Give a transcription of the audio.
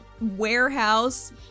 warehouse